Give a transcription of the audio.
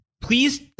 Please